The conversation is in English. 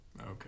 Okay